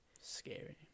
scary